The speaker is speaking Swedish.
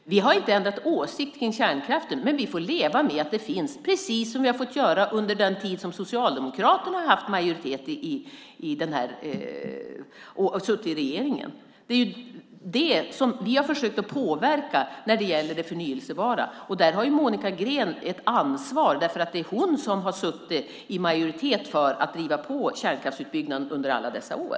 Vi har inte ändrat åsikt om kärnkraften, men vi får leva med att den finns, precis som vi har fått göra under den tid som Socialdemokraterna haft majoritet och suttit i regeringen. Det är det som vi har försökt att påverka när det gäller det förnybara. Där har Monica Green ett ansvar, för det är hon som har suttit i majoritet för att driva på kärnkraftsutbyggnaden under alla dessa år.